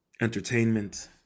entertainment